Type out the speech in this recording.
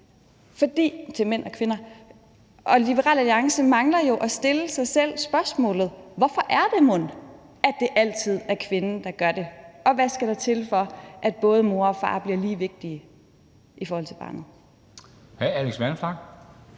er til mænd og kvinder. Liberal Alliance mangler jo at stille sig selv spørgsmålet: Hvorfor er det mon, at det altid er kvinden, der gør det, og hvad skal der til, for at både mor og far bliver lige vigtige i forhold til barnet?